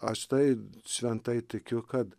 aš tai šventai tikiu kad